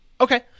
Okay